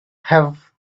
have